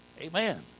Amen